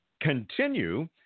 Continue